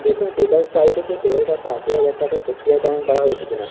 দেখুন পেপারফ্রাই থেকে ফেরত আসা আশি হাজার টাকার প্রক্রিয়াকরণ করা হয়েছে কি না